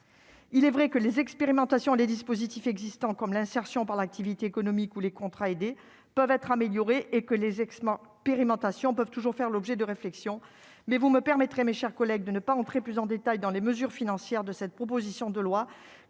il est vrai que les expérimentations les dispositifs existants comme l'insertion par l'activité économique ou les contrats aidés peuvent être améliorées et que les périmètre stations peuvent toujours faire l'objet de réflexions, mais vous me permettrez, mes chers collègues, de ne pas entrer plus en détail dans les mesures financières de cette proposition de loi